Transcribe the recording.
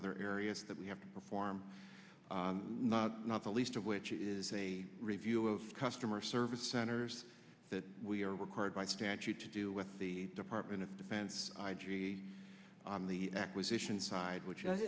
other areas that we have to perform not the least of which is a review of customer service centers that we are required by statute to do with the department of defense on the acquisition side which